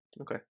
Okay